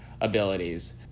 abilities